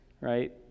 right